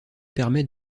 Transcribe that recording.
permet